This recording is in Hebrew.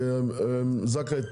זכאי,